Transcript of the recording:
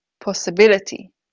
possibility